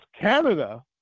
Canada